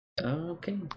Okay